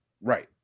Right